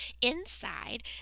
inside